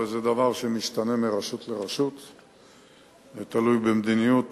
וזה דבר שמשתנה מרשות לרשות וזה תלוי במדיניות